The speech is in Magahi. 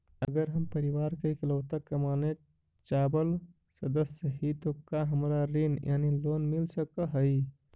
अगर हम परिवार के इकलौता कमाने चावल सदस्य ही तो का हमरा ऋण यानी लोन मिल सक हई?